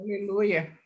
Hallelujah